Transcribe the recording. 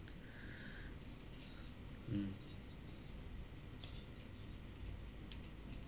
mm